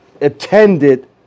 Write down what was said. attended